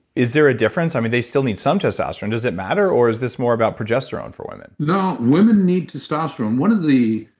is there a difference? i mean, they still need some testosterone. does it matter or is this more about progesterone for women? no. women need testosterone. one of the